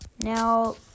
Now